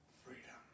freedom